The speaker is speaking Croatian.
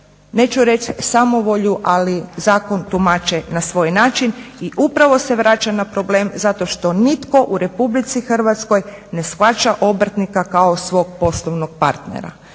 neću reći samovolju ali zakon tumače na svoj način i upravo se vraća na problem zato što nitko u Republici Hrvatskoj ne shvaća obrtnika kao svog poslovnog partnera.